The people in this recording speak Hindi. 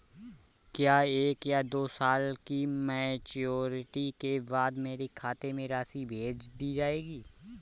क्या एक या दो साल की मैच्योरिटी के बाद मेरे खाते में राशि भेज दी जाएगी?